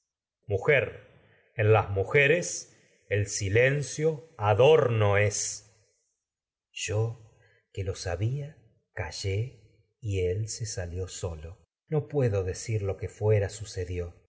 sabia en mujeres el silencio adorno es y callé él se salió que solo no puedo decir lo que fuera en sucedió